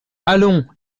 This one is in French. allons